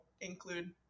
include